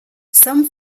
some